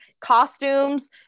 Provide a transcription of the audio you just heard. costumes